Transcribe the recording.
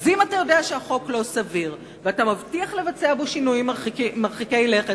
אז אם אתה יודע שהחוק לא סביר ואתה מבטיח לבצע בו שינויים מרחיקי לכת,